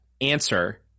answer